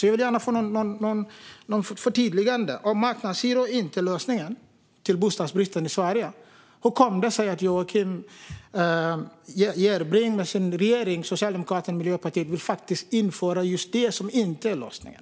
Jag vill gärna få ett förtydligande. Om marknadshyror inte är lösningen på bostadsbristen i Sverige, hur kommer det sig att Joakim Järrebrings regering, Socialdemokraterna och Miljöpartiet, vill införa just det som inte är lösningen?